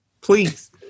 please